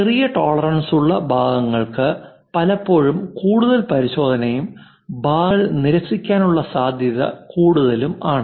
ചെറിയ ടോളറൻസുള്ള ഭാഗങ്ങൾക്ക് പലപ്പോഴും കൂടുതൽ പരിശോധനയും ഭാഗങ്ങൾ നിരസിക്കാനുള്ള സാധ്യത കൂടുതൽ ആണ്